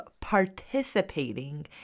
participating